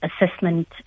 assessment